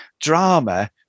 drama